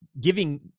giving